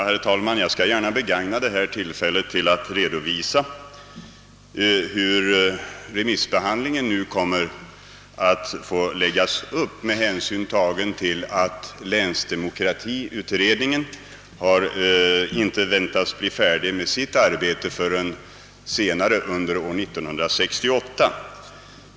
Herr talman! Jag skall gärna begagna tillfället till att redovisa hur remissbehandlingen kommer att läggas upp med hänsyn till att länsdemokratiutredningen inte väntas bli färdig med sitt arbete förrän senare under år 1968.